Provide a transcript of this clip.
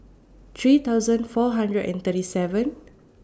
three thousand four hundred and thirty seven